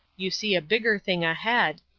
you see a bigger thing ahead,